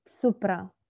supra